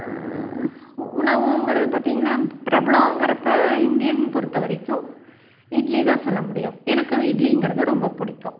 உணவுங்கிறது பார்த்திங்கன்னா பிரபலங்கிறப்போ இந்தியன் பொறுத்த வரைக்கும் இட்லி தான் சொல்ல முடியும் எனக்கு இட்லிங்கிறது ரொம்ப பிடிக்கும்